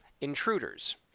Intruders